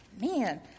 Man